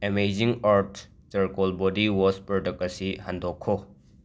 amazing ꯑꯔꯊ ꯆꯔꯀꯣꯜ ꯕꯣꯗꯤ ꯋꯥꯁ ꯄꯔꯗꯛ ꯑꯁꯤ ꯍꯟꯗꯣꯛꯈꯣ